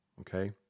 Okay